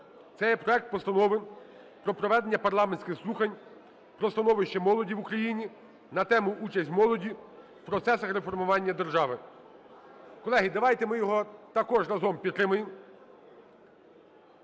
є проект Постанови про проведення парламентських слухань про становище молоді в Україні на тему: "Участь молоді в процесах реформування держави". Колеги, давайте ми його також разом підтримаємо.